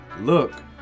Look